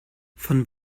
von